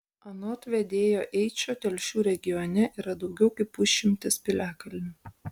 anot vedėjo eičo telšių regione yra daugiau kaip pusšimtis piliakalnių